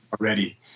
already